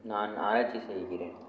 நான் ஆராய்ச்சி செய்கிறேன்